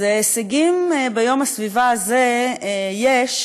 אז הישגים ביום הסביבה הזה יש,